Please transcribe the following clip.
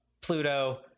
Pluto